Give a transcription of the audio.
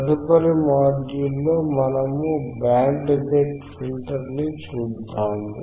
తదుపరి మాడ్యుల్ లో మనము బ్యాండ్ రిజెక్ట్ ఫిల్టర్ ని చూద్దాము